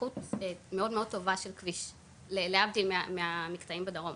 איכות מאד טובה של כביש, להבדיל מהמקטעים בדרום.